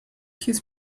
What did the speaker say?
his